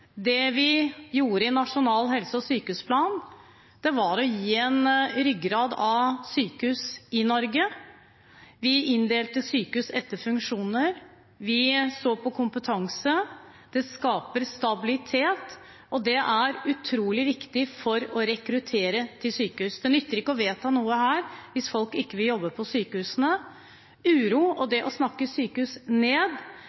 Det vi gjorde i Nasjonal helse- og sykehusplan, var å gi en ryggrad av sykehus i Norge. Vi inndelte sykehus etter funksjoner. Vi så på kompetanse. Det skaper stabilitet, og det er utrolig viktig for å rekruttere til sykehus. Det nytter ikke å vedta noe her hvis folk ikke vil jobbe på sykehusene. Uro og